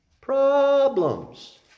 problems